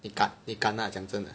你敢你敢吗讲真的